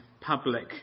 public